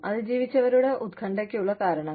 അതിജീവിച്ചവരുടെ ഉത്കണ്ഠയ്ക്കുള്ള കാരണങ്ങൾ